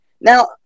now